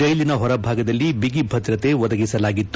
ಜೈಲಿನ ಹೊರಭಾಗದಲ್ಲಿ ಬಿಗಿ ಭದ್ರತೆ ಒದಗಿಸಲಾಗಿತ್ತು